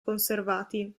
conservati